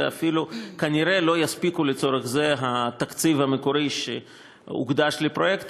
ואפילו כנראה לא יספיק לצורך זה התקציב המקורי שהוקדש לפרויקט,